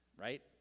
right